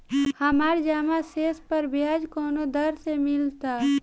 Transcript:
हमार जमा शेष पर ब्याज कवना दर से मिल ता?